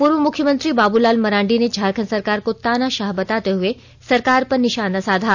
पूर्व मुख्यमंत्री बाबूलाल मरांडी ने झारखंड सरकार को तानाशाह बताते हुए सरकार पर निशाना साधा